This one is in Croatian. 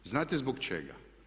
Znate zbog čega?